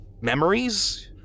memories